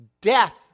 death